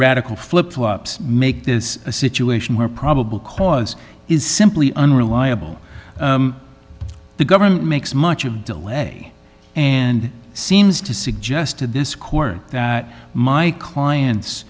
article flip flops make this a situation where probable cause is simply unreliable the government makes much of delay and seems to suggest to this court that my client